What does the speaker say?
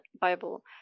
Bible